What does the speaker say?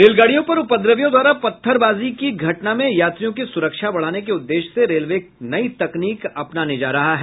रेलगाड़ियों पर उपद्रवियों द्वारा पत्थरबाजी की घटना में यात्रियों की सुरक्षा बढ़ाने के उद्देश्य से रेलवे नई तकनीक अपनाने जा रहा है